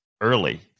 early